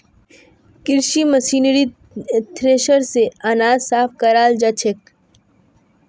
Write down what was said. कृषि मशीनरीत थ्रेसर स अनाज साफ कराल जाछेक